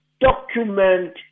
document